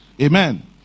amen